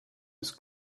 his